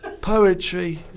poetry